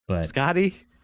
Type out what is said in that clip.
Scotty